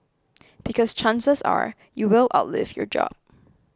because chances are you will outlive your job